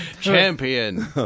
champion